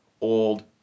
old